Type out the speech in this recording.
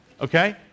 Okay